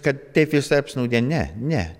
kad taip visi apsnūdę ne ne